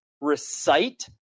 recite